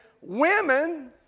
Women